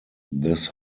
this